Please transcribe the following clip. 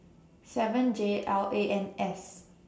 seven J L A N S